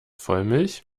vollmilch